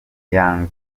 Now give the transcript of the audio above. young